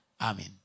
Amen